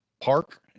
park